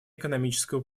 экономическое